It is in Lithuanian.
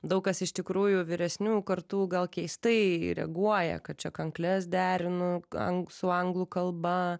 daug kas iš tikrųjų vyresniųjų kartų gal keistai reaguoja kad čia kankles derinu angl su anglų kalba